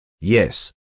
Yes